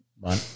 one